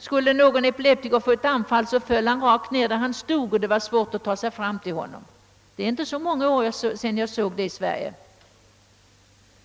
Skulle någon epileptiker få ett anfall och falla rakt ned där han stod, skulle det vara svårt att ta sig fram till honom. Det är inte så många år sedan sådant förekom i Sverige.